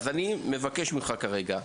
אני מבקש ממך כרגע,